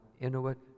Inuit